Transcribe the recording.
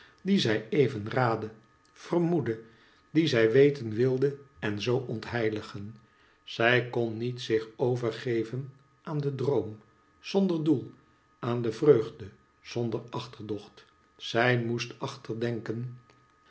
die zij even raadde vermoedde die zij weten wilde en zoo ontheiligen zij kon niet zich overgeven aan den droom zonder doel aan de vreugde zonder achterdocht zij moest achterdenken